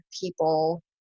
people